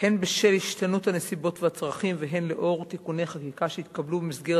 הן בשל השתנות הנסיבות והצרכים והן לאור תיקוני חקיקה שהתקבלו במסגרת